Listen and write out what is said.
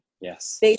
Yes